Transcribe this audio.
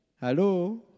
Hello